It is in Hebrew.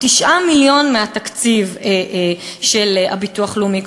9 מיליון מהתקציב של הביטוח הלאומי.